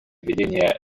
ведения